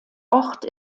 ort